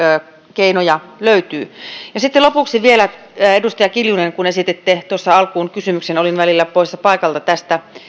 keinoja löytyy sitten lopuksi vielä edustaja kiljunen kun esititte tuossa alkuun kysymyksen olin välillä poissa paikalta tästä